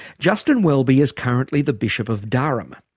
justin welby is currently the bishop of durham.